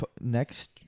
next